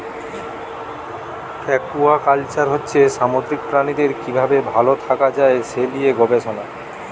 aquaculture হচ্ছে সামুদ্রিক প্রাণীদের কি ভাবে ভাল থাকা যায় সে লিয়ে গবেষণা